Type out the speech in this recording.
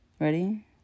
ready